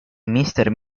mister